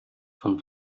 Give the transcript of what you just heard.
von